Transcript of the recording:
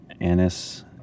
Anis